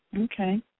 Okay